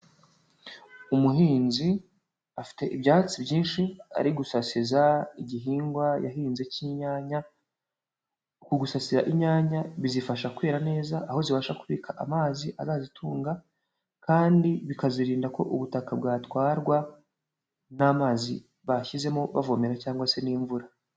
Umuhinzi afite ibyatsi byinshi ari gusasiza igihingwa yahinze cy'inyanya, uku gusasira inyanya bizifasha kwera neza aho zibasha kubika amazi azazitunga, kandi bikazirinda ko ubutaka bwatwarwa n'amazi bashyizemo bavomera cyangwa se n'imvura.